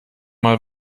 mal